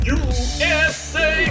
usa